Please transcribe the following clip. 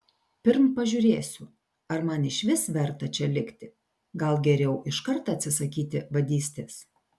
pirm pažiūrėsiu ar man išvis verta čia likti gal geriau iškart atsisakyti vadystės